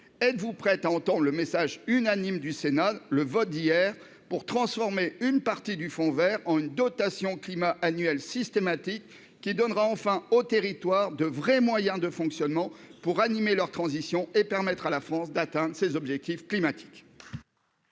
êtes-vous prête à entendre le message unanime que le Sénat a exprimé dans son vote d'hier, pour transformer une partie du fonds vert en une dotation climat annuelle systématique, qui donnera enfin aux territoires de véritables moyens de fonctionnement pour assurer leur transition et qui permettra à la France d'atteindre ses objectifs climatiques ?